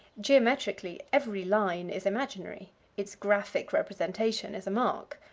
geometrically, every line is imaginary its graphic representation is a mark.